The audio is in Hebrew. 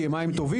כי הם מים טובים,